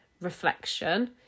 reflection